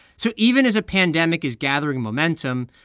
so even as a pandemic is gathering momentum,